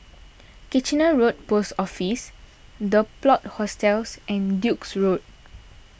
Kitchener Road Post Office the Plot Hostels and Duke's Road